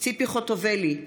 ציפי חוטובלי,